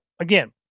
again